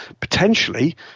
potentially –